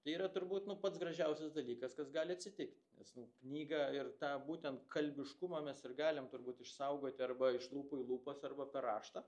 tai yra turbūt pats gražiausias dalykas kas gali atsitikt nes knygą ir tą būtent kalbiškumą mes ir galim turbūt išsaugoti arba iš lūpų į lūpas arba per raštą